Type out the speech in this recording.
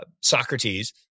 Socrates